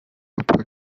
emplois